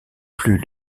plus